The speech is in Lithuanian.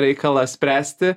reikalą spręsti